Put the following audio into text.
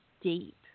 deep